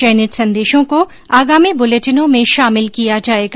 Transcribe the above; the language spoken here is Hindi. चयनित संदेशो को आगामी बुलेटिनों में शामिल किया जाएगा